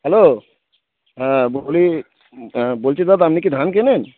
hello হ্যাঁ বলি বলছি দাদা আপনি কি ধান কেনেন